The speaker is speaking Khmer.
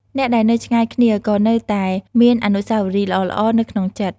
អ្នកដែលនៅឆ្ងាយគ្នា ក៏នៅតែមានអនុស្សាវរីយ៍ល្អៗនៅក្នុងចិត្ត។